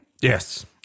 Yes